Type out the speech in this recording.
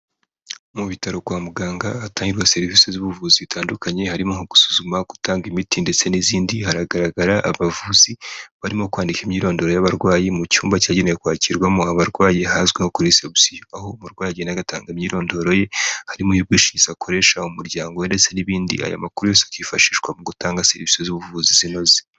Mu bitaro kwa muganga hatangirwa serivisi z'ubuvuzi zitandukanye, harimo nko gusuzuma, gutanga imiti ndetse n'izindi, haragaragara abavuzi barimo kwandika imyirondoro y'abarwayi mu cyumba cyagenewe kwakirwamo abarwayi ahazwi nko kuri reception. Aho umurwayi agenda agatanga imyirondoro ye, harimo iy'ubwishingizi akoresha mu muryango we ndetse n'ibindi, aya makuru yose akifashishwa mu gutanga serivisi z'ubuvuzi zinoze.